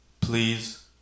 please